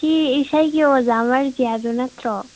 ꯁꯤ ꯏꯁꯩꯒꯤ ꯑꯣꯖꯥ ꯑꯃꯔꯖꯤꯠ ꯍꯥꯏꯕꯗꯣ ꯅꯠꯇ꯭ꯔꯣ